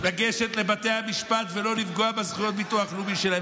לגשת לבתי המשפט ולא לפגוע בזכויות הביטוח הלאומי שלהם,